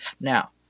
Now